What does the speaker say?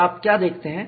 और आप क्या देखते हैं